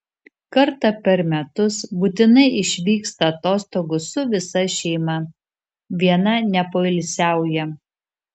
kartą per metus būtinai išvyksta atostogų su visa šeima viena nepoilsiauja